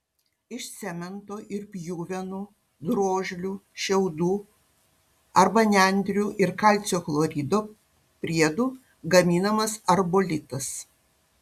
iš cemento ir pjuvenų drožlių šiaudų arba nendrių ir kalcio chlorido priedų gaminamas arbolitas